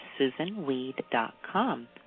susanweed.com